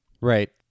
Right